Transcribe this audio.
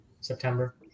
September